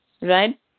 right